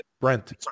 Brent